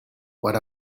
what